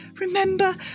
Remember